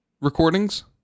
recordings